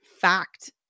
fact